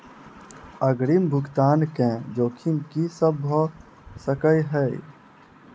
अग्रिम भुगतान केँ जोखिम की सब भऽ सकै हय?